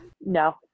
no